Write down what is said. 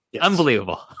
Unbelievable